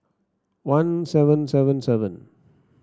one seven seven seven